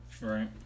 Right